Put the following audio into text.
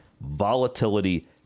volatility